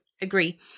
agree